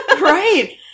right